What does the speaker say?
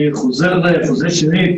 אני חוזר שנית,